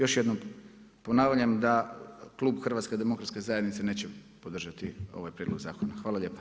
Još jednom ponavljam da Klub Hrvatske demokratske zajednice neće podržati ovaj prijedlog zakona.